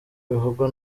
bivugwa